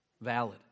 valid